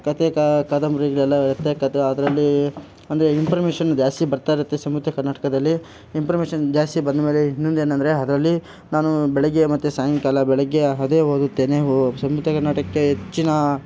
ಕತೆ ಕಾದಂಬರಿಗಳೆಲ್ಲ ಇರತ್ತೆ ಕತೆ ಅದರಲ್ಲಿ ಅಂದರೆ ಇಂಪ್ರಮೇಷನ್ ಜಾಸ್ತಿ ಬರ್ತಾ ಇರತ್ತೆ ಸಂಯುಕ್ತ ಕರ್ನಾಟಕದಲ್ಲಿ ಇಂಪ್ರುಮೇಷನ್ ಜಾಸ್ತಿ ಬಂದ ಮೇಲೆ ಇನ್ನೊಂದು ಏನಂದರೆ ಅದರಲ್ಲಿ ನಾನು ಬೆಳಿಗ್ಗೆ ಮತ್ತು ಸಾಯಂಕಾಲ ಬೆಳಿಗ್ಗೆ ಅದೇ ಓದುತ್ತೇನೆ ಸಂಯುಕ್ತ ಕರ್ನಾಟಕಕ್ಕೆ ಹೆಚ್ಚಿನ